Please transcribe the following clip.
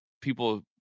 people